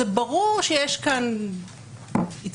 ברור שיש כאן התקדמות,